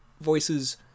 voices